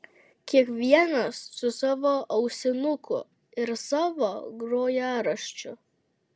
kiekvienas su savu ausinuku ir savu grojaraščiu